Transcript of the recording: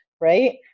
right